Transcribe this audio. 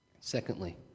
Secondly